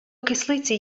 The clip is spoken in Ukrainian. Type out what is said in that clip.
кислиці